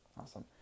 Awesome